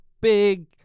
big